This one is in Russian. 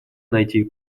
найти